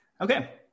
Okay